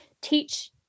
teach